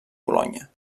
bolonya